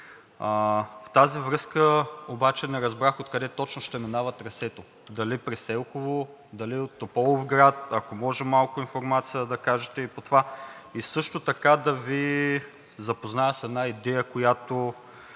В тази връзка обаче не разбрах откъде точно ще минава трасето – дали през Елхово, дали от Тополовград, ако може малко информация да кажете и по това. И също така да Ви запозная с една идея – до